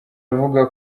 avuga